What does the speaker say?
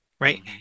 Right